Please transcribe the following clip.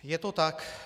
Je to tak.